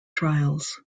trials